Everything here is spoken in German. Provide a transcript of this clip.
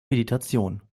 meditation